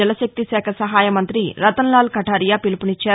జలశక్తి శాఖ సహాయ మంతి రతన్ లాల్ కఠారియా పిలుపునిచ్చారు